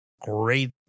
great